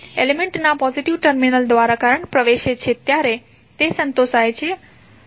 જ્યારે એલિમેન્ટના positive terminal દ્વારા કરંટ પ્રવેશે છે ત્યારે તે સંતોશાય છે